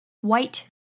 white